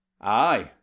Aye